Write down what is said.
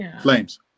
Flames